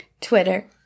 Twitter